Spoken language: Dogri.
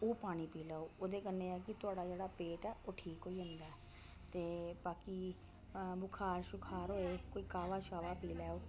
ओह् पानी पी लैओ ओह्दे कन्नै ऐ कि थोआढ़ा जेह्ड़ा पेट ऐ ओह् ठीक होई जंदा ते बाकी बुखार छुखार होऐ कोई काह्वा छाह्वा पी लैओ